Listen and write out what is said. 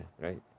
right